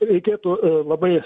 reikėtų labai